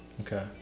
Okay